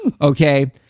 okay